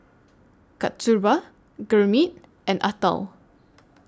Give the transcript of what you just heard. Kasturba Gurmeet and Atal